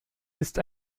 ist